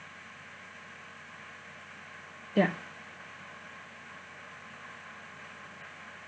ya